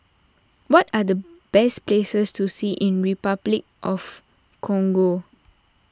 what are the best places to see in Repuclic of Congo